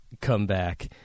comeback